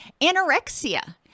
Anorexia